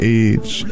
age